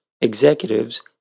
executives